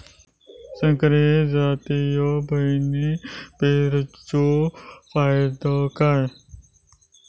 संकरित जातींच्यो बियाणी पेरूचो फायदो काय?